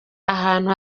ahantu